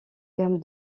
gamme